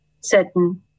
certain